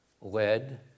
led